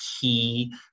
key